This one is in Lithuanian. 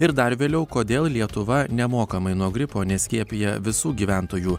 ir dar vėliau kodėl lietuva nemokamai nuo gripo neskiepija visų gyventojų